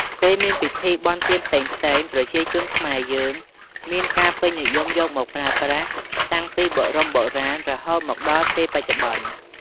ពេលមានពិធីបុណ្យទានផ្សេងៗ ប្រជាជនខ្មែរយើងមានការពេញនិយមយកមកប្រើប្រាស់តាំងពីបរមបុរាណរហូតមកដល់ពេលបច្ចុប្បន្ន។